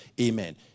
Amen